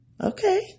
Okay